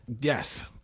yes